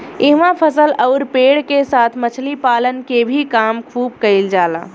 इहवा फसल अउरी पेड़ के साथ मछली पालन के भी काम खुब कईल जाला